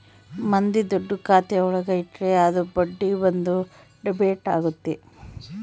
ಮಂದಿ ದುಡ್ಡು ಖಾತೆ ಒಳಗ ಇಟ್ರೆ ಅದು ಬಡ್ಡಿ ಬಂದು ಡೆಬಿಟ್ ಆಗುತ್ತೆ